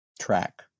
track